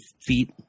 feet